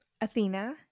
Athena